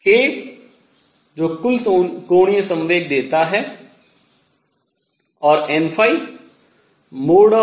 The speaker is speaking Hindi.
k जो कुल कोणीय संवेग देता है और n n≤k